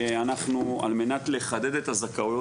שאנחנו על מנת לחדד את הזכאות,